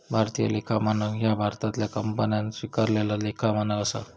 भारतीय लेखा मानक ह्या भारतातल्या कंपन्यांन स्वीकारलेला लेखा मानक असा